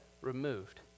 removed